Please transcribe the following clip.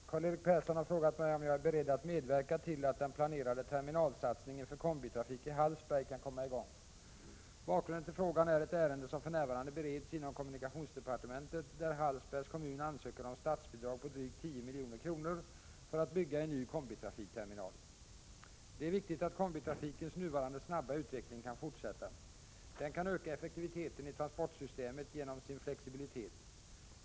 Herr talman! Karl-Erik Persson har frågat mig om jag är beredd att medverka till att den planerade terminalsatsningen för kombitrafik i Hallsberg kan komma i gång. Bakgrunden till frågan är ett ärende som för närvarande bereds inom kommunikationsdepartementet, där Hallsbergs kommun ansöker om statsbidrag på drygt 10 milj.kr. för att bygga en ny kombitrafikterminal. Det är viktigt att kombitrafikens nuvarande snabba utveckling kan fortsätta. Den kan öka effektiviteten i transportsystemet genom sin flexibilitet.